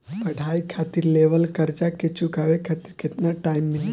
पढ़ाई खातिर लेवल कर्जा के चुकावे खातिर केतना टाइम मिली?